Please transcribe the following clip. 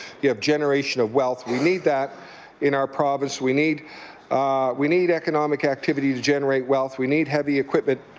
you have generation of wealth. we need that in our province. we need we need economic activities to generate wealth. we need heavy equipment.